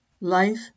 Life